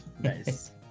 Nice